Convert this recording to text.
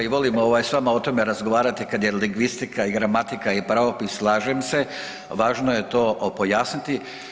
I volim s vama o tome razgovarati kada je lingvistika i gramatika i pravopis, slažem se važno je to pojasniti.